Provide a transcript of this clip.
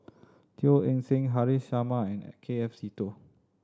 Teo Eng Seng Haresh Sharma and K F Seetoh